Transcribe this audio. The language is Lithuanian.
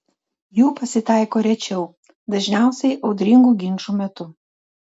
jų pasitaiko rečiau dažniausiai audringų ginčų metu